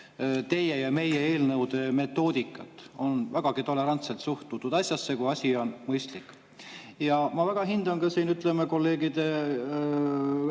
teie-ja-meie-eelnõude-metoodikat. On vägagi tolerantselt suhtutud asjasse, kui asi on mõistlik. Ja ma väga hindan ka kolleegide